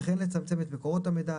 וכן לצמצם את מקורות המידע,